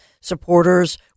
supporters